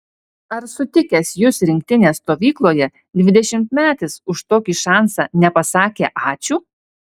ar sutikęs jus rinktinės stovykloje dvidešimtmetis už tokį šansą nepasakė ačiū